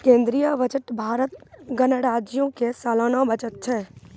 केंद्रीय बजट भारत गणराज्यो के सलाना बजट छै